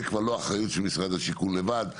זה כבר לא אחריות של משרד השיכון לבד,